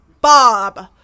Bob